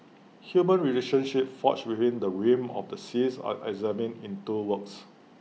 human relationships forged within the realm of the seas are examined in two works